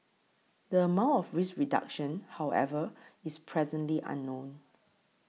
the amount of risk reduction however is presently unknown